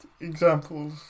examples